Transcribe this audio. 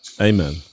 Amen